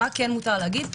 מה כן מותר להגיד?